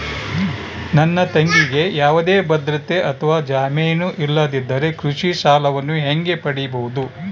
ನನ್ನ ತಂಗಿಗೆ ಯಾವುದೇ ಭದ್ರತೆ ಅಥವಾ ಜಾಮೇನು ಇಲ್ಲದಿದ್ದರೆ ಕೃಷಿ ಸಾಲವನ್ನು ಹೆಂಗ ಪಡಿಬಹುದು?